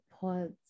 pods